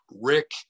Rick